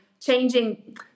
changing